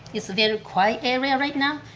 it's a very quiet area right now.